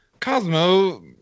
Cosmo